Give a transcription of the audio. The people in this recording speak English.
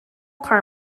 car